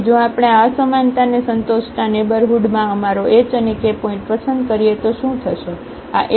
તેથી જો આપણે આ અસમાનતાને સંતોષતા નેઇબરહુડમાં અમારો h અને k પોઇન્ટ પસંદ કરીએ તો શું થશે